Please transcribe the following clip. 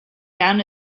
down